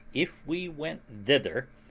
if we went thither,